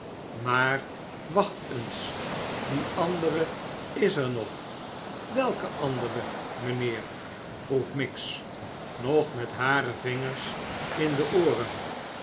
maar wacht eens die andere is er nog swelke andere mijnheer vroeg miggs nog met hare vingers in de ooren